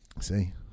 See